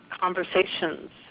conversations